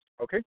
Okay